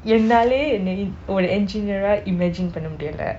என்னாலே ஒரு:ennalei oru engineer imagine பன்ன முடியலே:panna mudiyalei